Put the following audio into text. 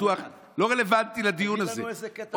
לא רלוונטי לדיון הזה.